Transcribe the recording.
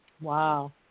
Wow